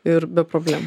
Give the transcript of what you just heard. ir be problemų